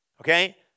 Okay